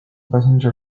passenger